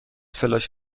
فلاش